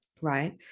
right